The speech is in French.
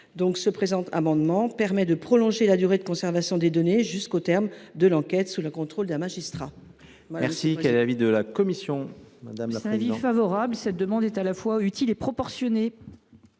Le présent amendement vise à prolonger la durée de conservation des données jusqu’au terme de l’enquête, sous le contrôle d’un magistrat. Quel est l’avis de la commission ? Cette demande est à la fois utile et proportionnée